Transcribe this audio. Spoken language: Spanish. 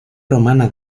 romana